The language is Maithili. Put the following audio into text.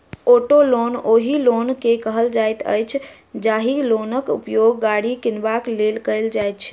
औटो लोन ओहि लोन के कहल जाइत अछि, जाहि लोनक उपयोग गाड़ी किनबाक लेल कयल जाइत छै